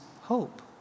hope